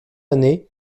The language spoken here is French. année